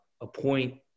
appoint